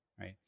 right